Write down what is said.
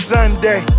Sunday